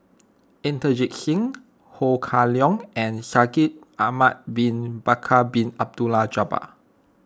Inderjit Singh Ho Kah Leong and Shaikh Ahmad Bin Bakar Bin Abdullah Jabbar